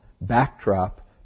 backdrop